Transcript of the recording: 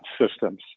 systems